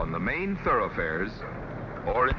on the main thoroughfares or